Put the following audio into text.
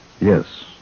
Yes